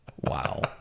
Wow